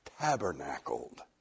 tabernacled